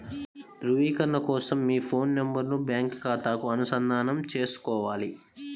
ధ్రువీకరణ కోసం మీ ఫోన్ నెంబరును బ్యాంకు ఖాతాకు అనుసంధానం చేసుకోవాలి